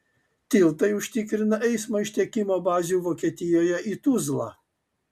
tiltai užtikrina eismą iš tiekimo bazių vokietijoje į tuzlą